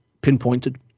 pinpointed